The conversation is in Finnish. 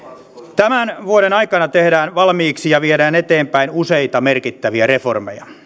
tämän vuoden aikana tehdään valmiiksi ja viedään eteenpäin useita merkittäviä reformeja